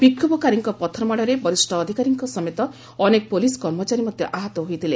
ବିକ୍ଷୋଭକାରୀଙ୍କ ପଥରମାଡ଼ରେ ବରିଷ୍ଣ ଅଧିକାରୀଙ୍କ ସମେତ ଅନେକ ପୁଲିସ୍ କର୍ମଚାରୀ ମଧ୍ୟ ଆହତ ହୋଇଥିଲେ